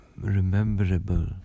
...rememberable